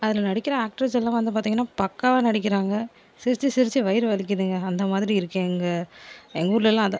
அதில் நடிக்கிற ஆக்ட்ரஸெல்லாம் வந்து பார்த்தீங்கன்னா பக்காவாக நடிக்கிறாங்க சிரிச்சு சிரிச்சு வயிறு வலிக்கிதுங்க அந்த மாதிரி இருக்கு எங்கள் எங்கள் ஊர்லலாம் அதான்